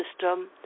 system